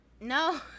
No